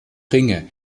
ringe